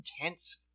intense